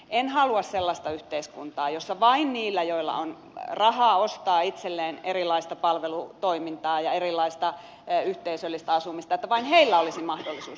en halua sellaista yhteiskuntaa jossa vain heillä joilla on rahaa ostaa itselleen erilaista palvelutoimintaa ja erilaista yhteisöllistä asumista olisi mahdollisuus tähän